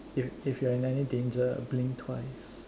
if if you're in any danger blink twice